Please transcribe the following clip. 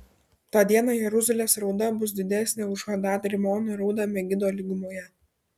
tą dieną jeruzalės rauda bus didesnė už hadad rimono raudą megido lygumoje